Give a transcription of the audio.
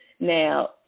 now